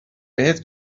بهت